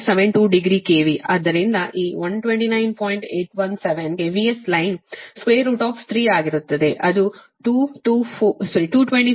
817 ಗೆ VS line 3 ಆಗಿರುತ್ತದೆ ಅದು 224